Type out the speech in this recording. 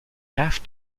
have